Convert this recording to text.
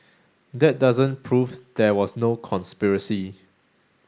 that doesn't prove there was no conspiracy